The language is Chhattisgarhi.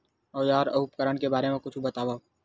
औजार अउ उपकरण के बारे मा कुछु बतावव?